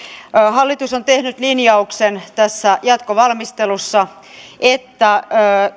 hallitus on tehnyt linjauksen tässä jatkovalmistelussa että